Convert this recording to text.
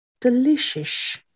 delicious